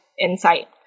Insight